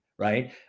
right